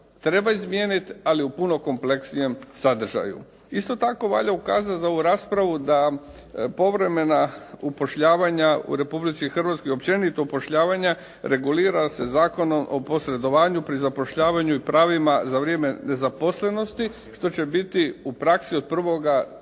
treba izmijeniti, ali u puno kompleksnijem sadržaju. Isto tako valja ukazati za ovu raspravu da povremena upošljavanja u Republici Hrvatskoj i općenito upošljavanja regulira se Zakonom o posredovanju pri zapošljavanju i pravima za vrijeme zaposlenosti, što će biti u praksi od 1.